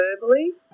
verbally